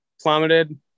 plummeted